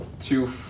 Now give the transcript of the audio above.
two